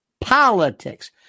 politics